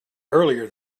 earlier